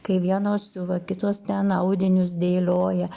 kai vienos siuva kitos ten audinius dėlioja